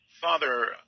Father